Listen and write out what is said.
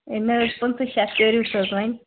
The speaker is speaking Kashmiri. ہے نہ حظ پٍنٛژٕہ شیٚتھ کٔرۍہوٗس حظ وۅنۍ